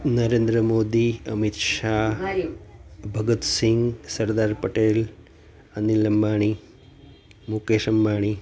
Narendra Modi Amit Shah Bhagat Singh Sardar Patel Anil Ambani Mukesh Ambani